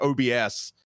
OBS